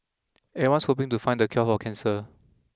everyone's hoping to find the cure for cancer